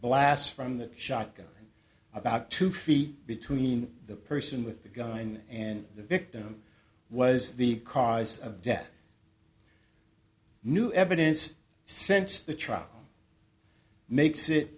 blast from the shotgun about two feet between the person with the gun and the victim was the cause of death new evidence since the trial makes it